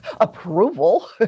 approval